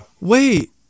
Wait